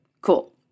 Cool